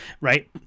right